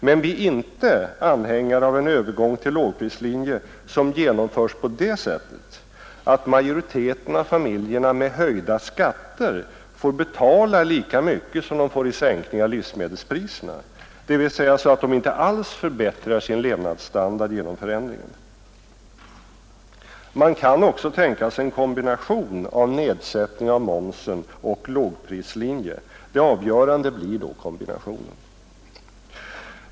Men vi är inte anhängare av en övergång till lågprislinje som genomförs på det sättet att majoriteten av familjerna med höjda skatter får betala lika mycket som de får i sänkning av livsmedelspriserna, dvs. så att förändringen inte alls förbättrar deras levnadsstandard. Man kan också tänka sig en kombination av nedsättning av momsen och lågprislinjen. Det avgörande blir då kombinationen.